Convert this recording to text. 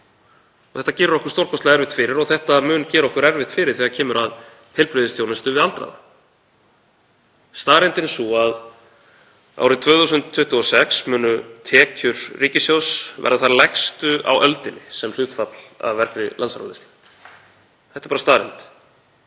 Þetta gerir okkur stórkostlega erfitt fyrir og þetta mun gera okkur erfitt fyrir þegar kemur að heilbrigðisþjónustu við aldraða. Staðreyndin er sú að árið 2026 munu tekjur ríkissjóðs verða þær lægstu á öldinni sem hlutfall af vergri landsframleiðslu. Þetta er bara staðreynd